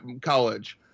college